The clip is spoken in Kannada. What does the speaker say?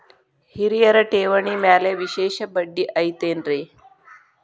ಹಿರಿಯರ ಠೇವಣಿ ಮ್ಯಾಲೆ ವಿಶೇಷ ಬಡ್ಡಿ ಐತೇನ್ರಿ?